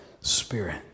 Spirit